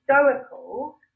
stoical